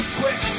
quick